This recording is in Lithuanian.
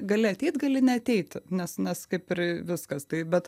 gali ateit gali neateit nes nes kaip ir viskas tai bet